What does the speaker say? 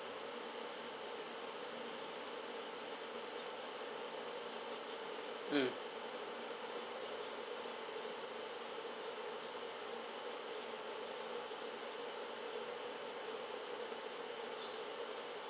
mm